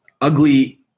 ugly